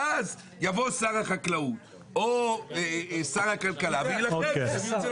ואז יבוא שר החקלאות או שר הכלכלה ויילחם.